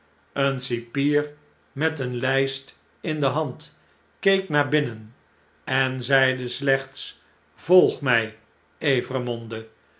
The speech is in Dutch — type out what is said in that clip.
ben cipier met eene ijjst in de hand keek naar binnen en zeide slechts volg mij